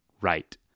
right